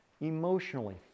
emotionally